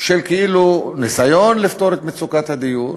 של כאילו ניסיון לפתור את מצוקת הדיור,